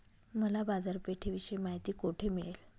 मला बाजारपेठेविषयी माहिती कोठे मिळेल?